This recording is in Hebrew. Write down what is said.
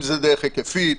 אם זו דרך היקפית,